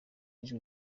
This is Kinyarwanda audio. ijwi